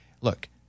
look